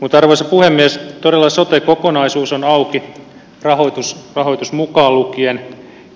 mutta arvoisa puhemies todella sote kokonaisuus on auki rahoitus mukaan lukien